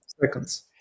seconds